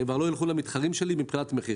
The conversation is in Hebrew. אם כבר לא ילכו למתחרים שלי מבחינת מחיר,